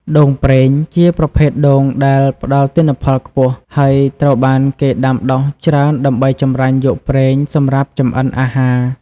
ដូងប្រេង ជាប្រភេទដូងដែលផ្តល់ទិន្នផលខ្ពស់ ហើយត្រូវបានគេដាំដុះច្រើនដើម្បីចម្រាញ់យកប្រេង សម្រាប់ចម្អិនអាហារ។